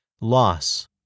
Loss